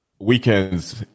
weekends